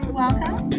welcome